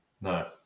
No